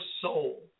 soul